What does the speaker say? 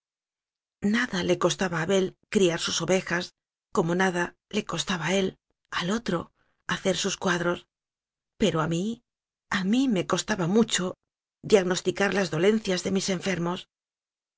nada le costaba a abel criar sus ovejas como nada le costaba a él al otro hacer sus cuadros pero a mí a mí me costaba mucho diagnosticar las dolencias de mis enfermos